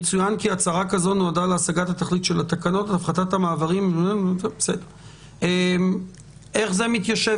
יצוין כי הצהרה כזו נועדה להשגת התכלית של התקנות איך זה מתיישב